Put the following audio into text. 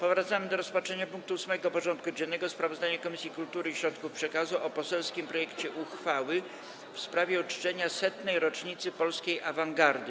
Powracamy do rozpatrzenia punktu 8. porządku dziennego: Sprawozdanie Komisji Kultury i Środków Przekazu o poselskim projekcie uchwały w sprawie uczczenia setnej rocznicy polskiej awangardy.